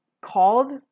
called